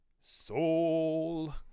Soul